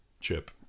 chip